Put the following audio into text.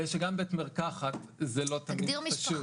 שגם בית מרקחת זה לא תמיד פשוט.